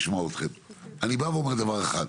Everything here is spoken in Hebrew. בא ואומר דבר אחד,